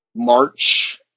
March